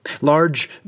Large